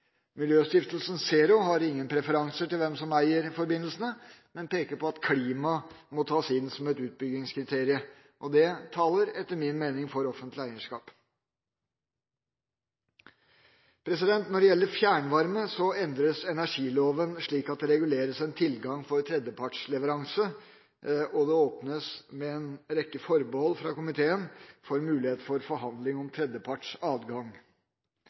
Miljøstiftelsen ZERO har ingen preferanser når det gjelder hvem som eier forbindelsene, men peker på at klima må tas inn som et utbyggingskriterium. Det taler etter min mening for offentlig eierskap. Når det gjelder fjernvarme, endres energiloven slik at det reguleres en tilgang for tredjepartsleveranse, og det åpnes for – med en rekke forbehold fra komiteen – mulighet for forhandling om